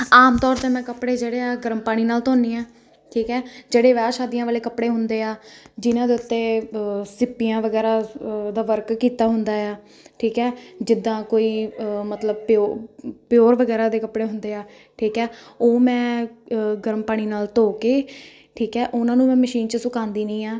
ਆਮ ਤੌਰ 'ਤੇ ਮੈਂ ਕੱਪੜੇ ਜਿਹੜੇ ਆ ਗਰਮ ਪਾਣੀ ਨਾਲ ਧੋਣੀ ਹਾਂ ਠੀਕ ਹੈ ਜਿਹੜੇ ਵਿਆਹ ਸ਼ਾਦੀਆਂ ਵਾਲੇ ਕੱਪੜੇ ਹੁੰਦੇ ਆ ਜਿਹਨਾਂ ਦੇ ਉੱਤੇ ਸਿੱਪੀਆਂ ਵਗੈਰਾ ਦਾ ਵਰਕ ਕੀਤਾ ਹੁੰਦਾ ਆ ਠੀਕ ਹੈ ਜਿੱਦਾਂ ਕੋਈ ਮਤਲਬ ਪਿਓ ਪਿਓਰ ਵਗੈਰਾ ਦੇ ਕੱਪੜੇ ਹੁੰਦੇ ਆ ਠੀਕ ਆ ਉਹ ਮੈਂ ਗਰਮ ਪਾਣੀ ਨਾਲ ਧੋ ਕੇ ਠੀਕ ਹੈ ਉਹਨਾਂ ਨੂੰ ਮੈਂ ਮਸ਼ੀਨ 'ਚ ਸੁਕਾਉਂਦੀ ਨਹੀਂ ਆ